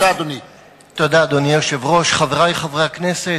אדוני היושב-ראש, תודה, חברי חברי הכנסת,